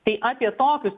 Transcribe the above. tai apie tokius